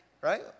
right